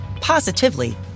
positively